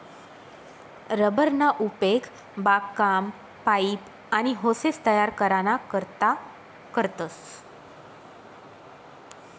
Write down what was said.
rubber ना उपेग बागकाम, पाइप, आनी होसेस तयार कराना करता करतस